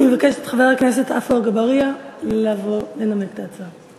אני אבקש מחבר הכנסת עפו אגבאריה לבוא לנמק את ההצעה.